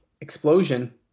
Explosion